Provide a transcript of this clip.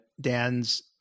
Dan's